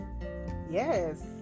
Yes